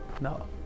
No